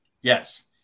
yes